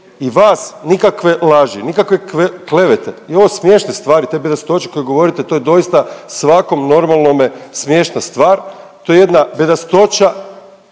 i vas nikakve laži, nikakve klevete i ove smiješne stvari te bedastoće koje govorite to je doista svakom normalnome smiješna stvar, to je jedna bedastoća